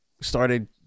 started